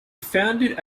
founded